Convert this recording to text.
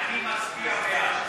אני מצביע בעד.